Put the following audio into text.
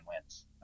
wins